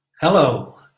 Hello